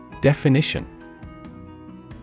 Definition